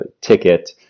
ticket